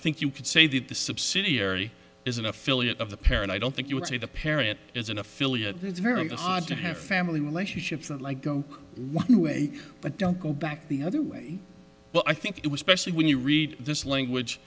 think you could say that the subsidiary is an affiliate of the parent i don't think you would say the parent is an affiliate it's very hard to have family relationships that like go one way but don't go back the other way well i think it was specially when you read this language